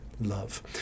love